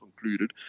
concluded